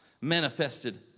manifested